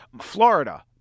Florida